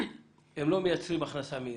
הם לא מייצרים הכנסה מהירה.